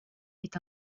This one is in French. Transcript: est